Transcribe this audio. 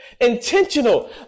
Intentional